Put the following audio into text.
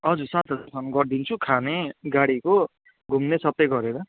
हजुर सात हजारसम्म गरिदिन्छु खाने गाडीको घुम्ने सबै गरेर